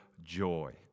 joy